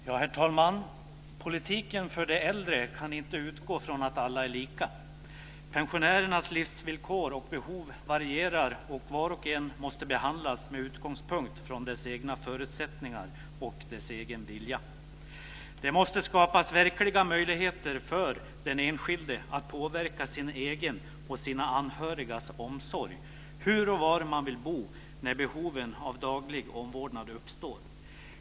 Herr talman! Politiken för de äldre kan inte utgå från att alla är lika. Pensionärernas livsvillkor och behov varierar, och var och en måste behandlas med utgångspunkt i hans eller hennes egna förutsättningar och egen vilja. Det måste skapas verkliga möjligheter för den enskilde att påverka sin egen och sina anhörigas omsorg, hur och var man vill bo när behoven av daglig omvårdnad uppstår.